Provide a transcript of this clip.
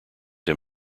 him